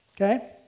okay